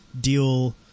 deal